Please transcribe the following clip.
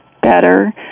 better